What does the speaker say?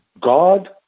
God